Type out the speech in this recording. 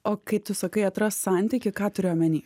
o kai tu sakai atrast santykį ką turi omeny